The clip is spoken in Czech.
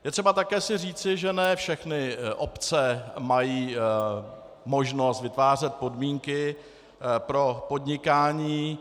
Je třeba si také říci, že ne všechny obce mají možnost vytvářet podmínky pro podnikání.